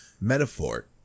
metaphor